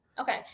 Okay